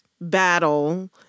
battle